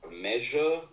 measure